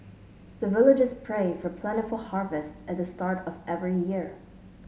the villagers pray for plentiful harvest at the start of every year